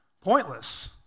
pointless